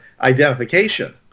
identification